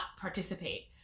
participate